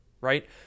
right